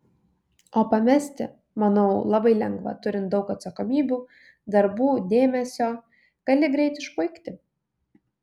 o pamesti manau labai lengva turint daug atsakomybių darbų dėmesio gali greit išpuikti